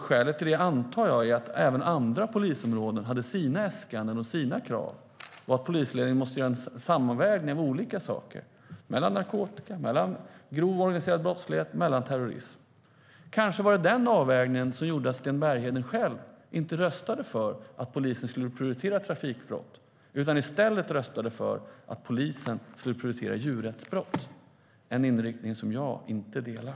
Skälet till det antar jag är att även andra polisområden hade sina äskanden och krav och att polisledningen måste göra en sammanvägning av olika saker, även sådant som narkotika, grov organiserad brottslighet och terrorism. Kanske var det den avvägningen som gjorde att Sten Bergheden själv inte röstade för att polisen skulle prioritera trafikbrott utan i stället röstade för att polisen skulle prioritera djurrättsbrott, en inriktning som jag inte delar.